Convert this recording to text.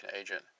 agent